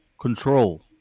control